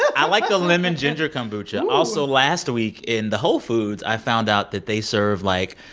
i like the lemon ginger kombucha. also, last week in the whole foods, i found out that they serve, like,